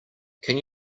can